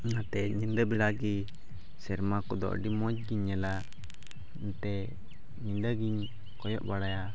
ᱚᱱᱟᱛᱮ ᱧᱤᱫᱟᱹ ᱵᱮᱲᱟ ᱜᱮ ᱥᱮᱨᱢᱟ ᱠᱚᱫᱚ ᱟᱹᱰᱤ ᱢᱚᱡᱽ ᱜᱮᱧ ᱧᱮᱞᱟ ᱚᱱᱟᱛᱮ ᱧᱤᱫᱟᱹ ᱜᱮᱧ ᱠᱚᱭᱚᱜ ᱵᱟᱲᱟᱭᱟ